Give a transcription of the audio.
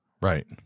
right